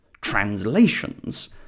translations